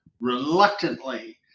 reluctantly